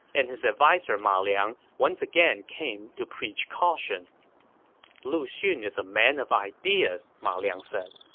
and his adviser ma liang once again came to preach caution lu xun is a man of ideas, ma liang said.